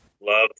love